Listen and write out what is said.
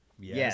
Yes